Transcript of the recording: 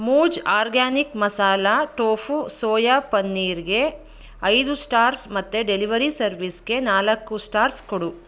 ಮೂಜ್ organic masala tofu soya ಪನ್ನೀರಿಗೆ ಐದು stars ಮತ್ತು ಡೆಲಿವರಿ ಸರ್ವಿಸಿಗೆ ನಾಲ್ಕು ಸ್ಟಾರ್ಸ್ ಕೊಡು